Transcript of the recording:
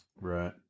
Right